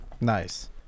Nice